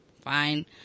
fine